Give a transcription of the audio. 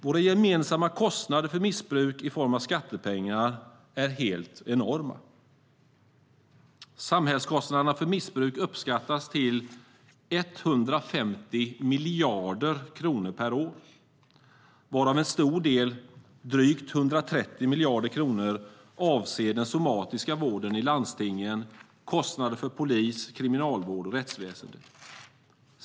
Våra gemensamma kostnader för missbruk i form av skattepengar är helt enorma. Samhällskostnaderna för missbruk uppskattas till 150 miljarder kronor per år, varav en stor del, drygt 130 miljarder kronor, avser den somatiska vården i landstingen, kostnader för polis, kriminalvård och rättsväsen.